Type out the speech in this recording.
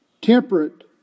temperate